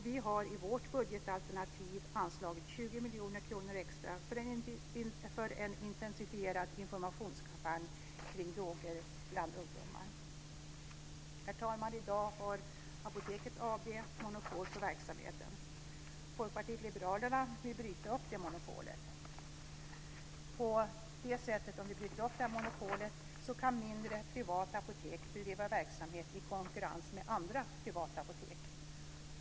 Vi har i vårt budgetalternativ anslagit 20 miljoner kronor extra för en intensifierad informationskampanj kring droger bland ungdomar. Herr talman! I dag har Apoteket AB monopol på sin verksamhet. Folkpartiet liberalerna vill bryta upp det monopolet. På så sätt kan mindre, privata apotek bedriva verksamhet i konkurrens med andra privata apotek.